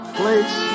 place